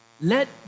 let